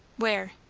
where?